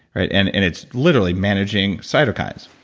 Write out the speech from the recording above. right and and it's literally managing cytokines.